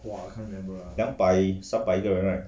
两百三百一个人 right